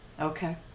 Okay